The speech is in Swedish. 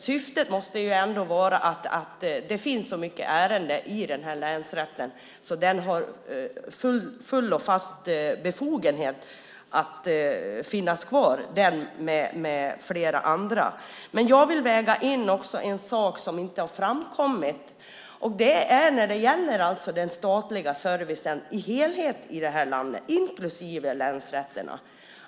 Syftet måste ändå vara att det ska finnas så många ärenden i den här länsrätten att den har full och fast befogenhet att finnas kvar, den med flera andra. Men jag vill väga in en sak som inte har framkommit. Det gäller den statliga servicen i helhet i landet, inklusive länsrätterna.